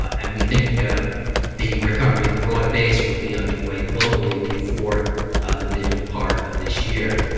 and we think the recovery broad base will be underway globally before the middle part of this year.